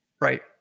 Right